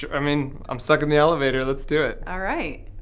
yeah i mean, i'm stuck in the elevator. let's do it. all right.